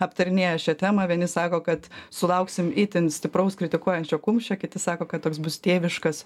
aptarinėja šią temą vieni sako kad sulauksim itin stipraus kritikuojančio kumščio kiti sako kad toks bus tėviškas